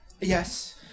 Yes